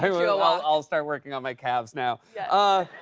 will i'll start working on my calves now. yeah ah